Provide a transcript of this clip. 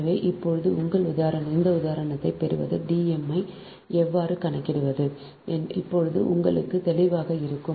எனவே இப்போது இந்த உதாரணத்தைப் பெறுவது D m ஐ எவ்வாறு கணக்கிடுவது இப்போது உங்களுக்கு தெளிவாக இருக்கும்